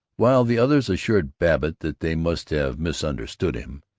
while the others assured babbitt that they must have misunderstood him,